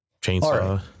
Chainsaw